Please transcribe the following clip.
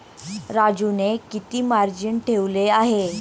राजूने किती मार्जिन ठेवले आहे?